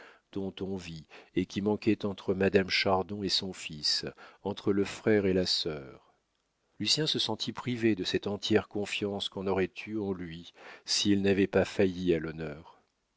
dont on vit et qui manquait entre madame chardon et son fils entre le frère et la sœur lucien se sentit privé de cette entière confiance qu'on aurait eue en lui s'il n'avait pas failli à